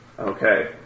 Okay